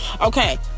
okay